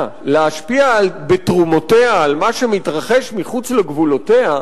להשפיע בתרומותיה על מה שמתרחש מחוץ לגבולותיה,